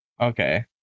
Okay